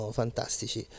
fantastici